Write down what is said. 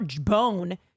bone